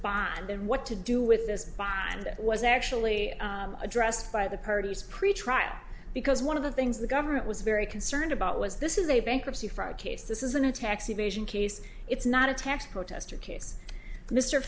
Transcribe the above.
bond and what to do with this bond that was actually addressed by the parties pretrial because one of the things the government was very concerned about was this is a bankruptcy fraud case this isn't a tax evasion case it's not a tax protester case mr